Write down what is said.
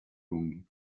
lunghi